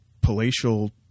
palatial